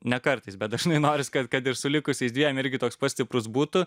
ne kartais bet dažnai noris kad kad ir su likusiais dviem irgi toks pat stiprus būtų